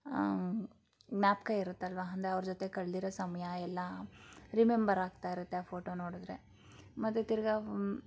ಜ್ಞಾಪಕ ಇರುತ್ತಲ್ಲವಾ ಅಂದರೆ ಅವ್ರ ಜೊತೆ ಕಳೆದಿರೋ ಸಮಯ ಎಲ್ಲ ರಿಮೆಂಬರ್ ಆಗ್ತಾ ಇರುತ್ತೆ ಆ ಫೋಟೋ ನೋಡಿದ್ರೆ ಮತ್ತು ತಿರ್ಗಿ